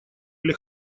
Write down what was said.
или